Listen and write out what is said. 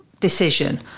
Decision